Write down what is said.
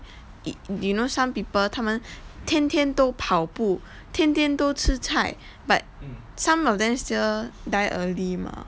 do you know some people 他们天天都跑步天天都吃菜 but some of them still die early mah